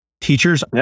teachers